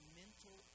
mental